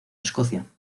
escocia